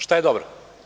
Šta je dobro?